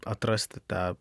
atrasti tą